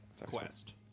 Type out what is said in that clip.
quest